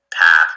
path